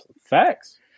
facts